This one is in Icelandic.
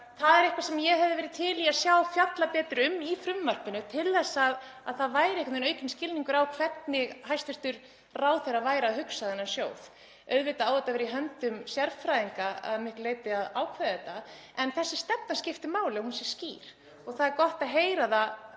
Það er eitthvað sem ég hefði verið til í að sjá fjallað betur um í frumvarpinu til þess að það væri aukinn skilningur á því hvernig hæstv. ráðherra hugsar þennan sjóð. Auðvitað á það að vera í höndum sérfræðinga að miklu leyti að ákveða þetta en þessi stefna skiptir máli, að hún sé skýr. En það er gott að heyra